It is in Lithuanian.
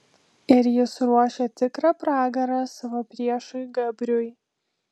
ir jis ruošia tikrą pragarą savo priešui gabriui